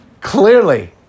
Clearly